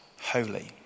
holy